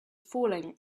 falling